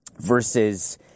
versus